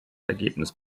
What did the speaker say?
ergebnis